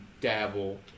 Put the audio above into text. dabble